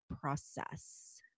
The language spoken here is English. process